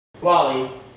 Wally